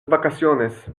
vacaciones